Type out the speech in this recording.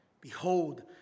Behold